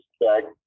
expect